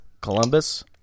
Columbus